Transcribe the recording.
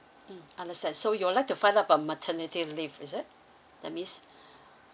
mm understand so you would like to find out about maternity leave is it that means